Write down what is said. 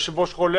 היושב-ראש חולה,